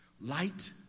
light